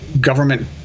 government